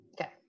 Okay